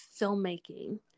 filmmaking